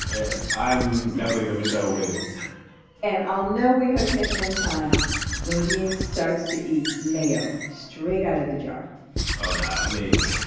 yes. i am definitely the michelle williams and i'll know we have hit end times when gene starts to eat mayo straight out of the jar oh, no. i mean.